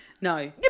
No